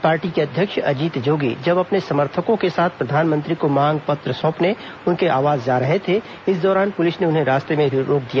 party के अध्यक्ष अजीत जोगी जब अपने समर्थकों के साथ प्रधानमंत्री को मांग पत्र सौंपने उनके आवास जा रहे थे इस दौरान पुलिस ने उन्हें रास्ते में ही रोक दिया